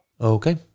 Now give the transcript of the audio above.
Okay